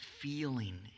feeling